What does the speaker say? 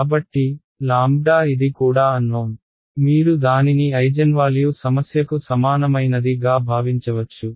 కాబట్టి ఇది కూడా అన్నోన్ మీరు దానిని ఐజెన్వాల్యూ సమస్యకు సమానమైనది గా భావించవచ్చు